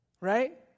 Right